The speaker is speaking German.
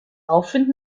aufwind